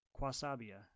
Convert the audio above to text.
Quasabia